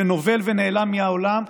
שנובל ונעלם מהעולם,